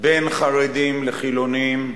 בין חרדים לחילונים,